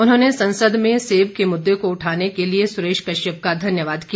उन्होंने संसद में सेब के मुददे को उठाने के लिए सुरेश कश्यप का धन्यवाद किया